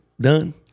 done